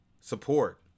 support